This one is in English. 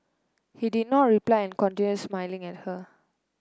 he did not reply and continued smiling at her